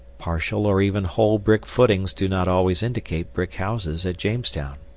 partial or even whole brick footings do not always indicate brick houses at jamestown.